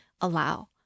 allow